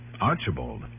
Archibald